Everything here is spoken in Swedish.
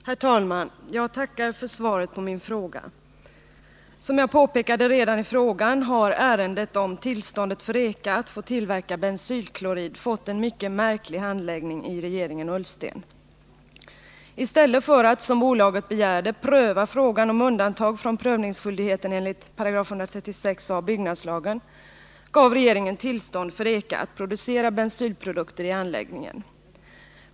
Herr talman! Jag tackar för svaret på min fråga. Som jag påpekade redan i frågan har ärendet om tillstånd för EKA att få tillverka bensylklorid fått en mycket märklig handläggning i regeringen Ullsten. I stället för att, som bolaget begärde, pröva frågan om undantag från prövningsskyldigheten enligt 136 a § BL gav regeringen tillstånd för EKA att producera bensylprodukter i anläggningen.